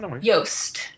yost